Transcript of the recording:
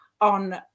on